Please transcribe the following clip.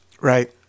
Right